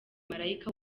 marayika